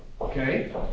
Okay